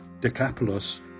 Decapolis